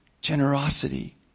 generosity